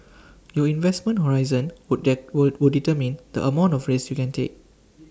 your investment horizon would were would determine the amount of risks you can take